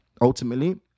Ultimately